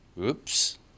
Oops